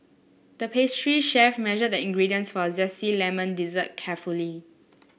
the pastry chef measured the ingredients for a zesty lemon dessert carefully